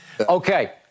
Okay